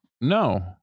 No